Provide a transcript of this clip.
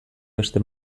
beste